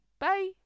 Bye